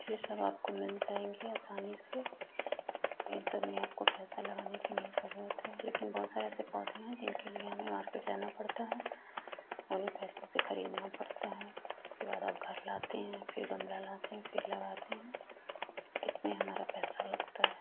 ये सब आपको मिल जायेंगे आसानी से इन सब में आपको पैसा लगाने की नहीं जरूरत है लेकिन बहुत सारे ऐसे पौधे हैं जिसके लिए हमें मार्केट जाना पड़ता है हमें पैसों से खरीदना पड़ता है उसके बाद आप घर लाते हैं फिर गमला लाते हैं फिर लगाते हैं इसमें हमारा पैसा लगता है